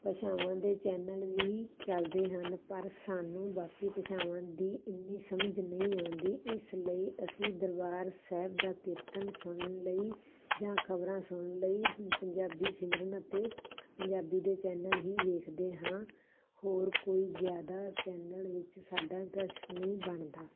ਭਾਸ਼ਾਵਾਂ ਦੇ ਚੈਨਲ ਵੀ ਚੱਲਦੇ ਹਨ ਪਰ ਸਾਨੂੰ ਬਾਕੀ ਭਾਸ਼ਾਵਾਂ ਦੀ ਇੰਨੀ ਸਮਝ ਨਹੀਂ ਆਉਂਦੀ ਇਸ ਲਈ ਅਸੀਂ ਦਰਬਾਰ ਸਾਹਿਬ ਦਾ ਕੀਰਤਨ ਸੁਣਨ ਲਈ ਜਾਂ ਖ਼ਬਰਾਂ ਸੁਣਨ ਲਈ ਪੰਜਾਬੀ ਸਿਮਰਨ ਅਤੇ ਪੰਜਾਬੀ ਦੇ ਚੈਨਲ ਹੀ ਵੇਖਦੇ ਹਾਂ ਹੋਰ ਕੋਈ ਜ਼ਿਆਦਾ ਚੈਨਲ ਵਿੱਚ ਸਾਡਾ ਇੰਟਰਸਟ ਨਹੀਂ ਬਣਦਾ